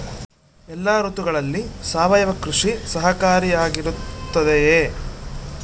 ಎಲ್ಲ ಋತುಗಳಲ್ಲಿ ಸಾವಯವ ಕೃಷಿ ಸಹಕಾರಿಯಾಗಿರುತ್ತದೆಯೇ?